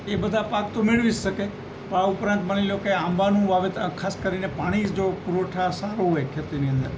એ બધા પાક તો મેળવી જ શકે પણ આ ઉપરાંત માની લ્યો કે આંબાનું વાવેતર આ ખાસ કરીને પાણી જો પુરવઠા સારું હોય ખેતીની અંદર